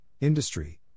industry